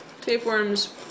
Tapeworms